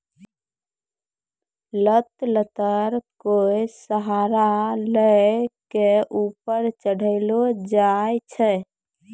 लत लत्तर कोय सहारा लै कॅ ऊपर चढ़ैलो जाय छै